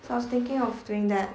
so I was thinking of doing that